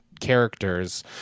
characters